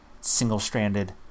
Single-stranded